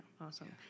Awesome